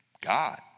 God